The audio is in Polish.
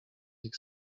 ich